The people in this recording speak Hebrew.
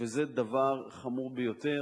וזה דבר חמור ביותר.